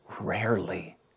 rarely